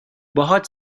باهات